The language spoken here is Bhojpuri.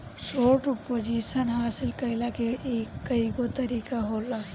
शोर्ट पोजीशन हासिल कईला के कईगो तरीका होला